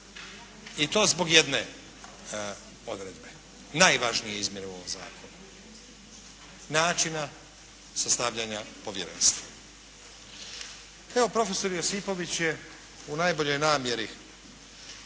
i to zbog jedne odredbe, najvažnije izmjene u ovom zakonu, načina sastavljanja povjerenstva. Evo prof. Josipović je u najboljoj namjeri